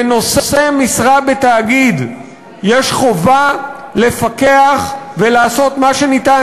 לנושא משרה בתאגיד יש חובה לפקח ולעשות מה שניתן